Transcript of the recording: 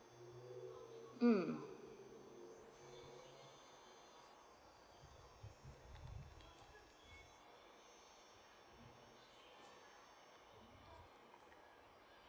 mm